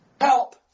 help